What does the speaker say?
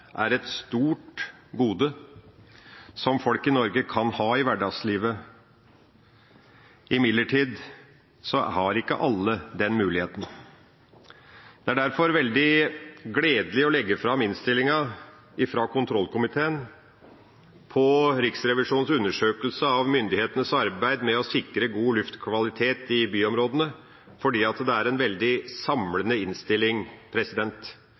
er et stort gode som folk i Norge kan ha i hverdagslivet. Imidlertid har ikke alle den muligheten. Det er derfor veldig gledelig å legge fram innstillinga fra kontrollkomiteen om Riksrevisjonens undersøkelse av myndighetenes arbeid med å sikre god luftkvalitet i byområdene, fordi det er en veldig samlende innstilling.